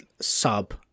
sub